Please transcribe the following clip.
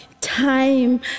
time